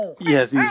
yes